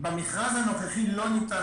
במכרז הנוכחי לא ניתן